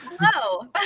hello